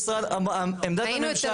עמדת הממשלה היא שונה.